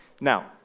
Now